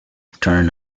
turn